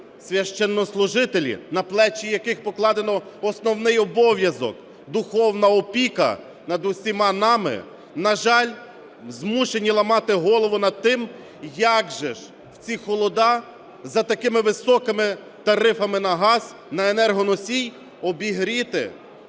священнослужителі, на плечі яких покладено основний обов'язок – духовна опіка над усіма нами, на жаль, змушені ламати голову над тим, як же ж в ці холоди за такими високими тарифами на газ, на енергоносії обігріти